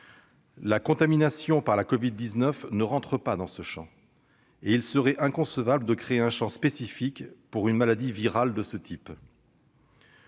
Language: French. La contamination par le virus de la Covid-19 n'entre pas dans ce champ, et il serait inconcevable de créer un champ spécifique pour une maladie virale de ce type.